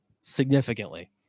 significantly